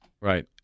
Right